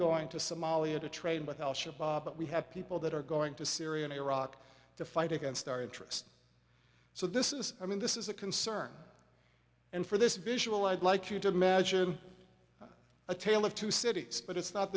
going to somalia to train with al shabaab but we have people that are going to syria and iraq to fight against our interest so this is i mean this is a concern and for this visual i'd like you to imagine a tale of two cities but it's not